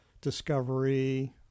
discovery